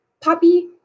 poppy